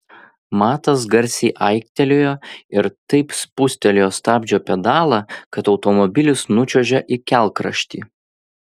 matas garsiai aiktelėjo ir taip spustelėjo stabdžio pedalą kad automobilis nučiuožė į kelkraštį